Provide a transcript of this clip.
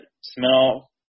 smell